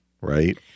right